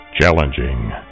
Challenging